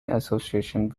association